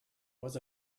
was